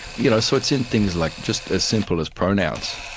you know so it's in things like just as simple as pronouns.